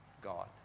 God